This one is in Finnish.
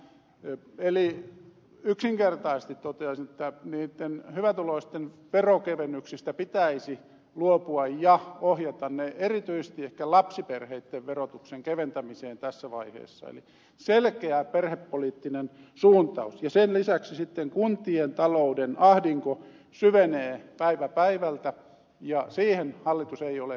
eli yksinkertaisesti toteaisin että hyvätuloisten veronkevennyksistä pitäisi luopua ja ohjata ne erityisesti ehkä lapsiperheitten verotuksen keventämiseen tässä vaiheessa eli selkeä perhepoliittinen suuntaus ja sen lisäksi sitten kuntien talouden ahdinko syvenee päivä päivältä ja siihen hallitus ei ole reagoinut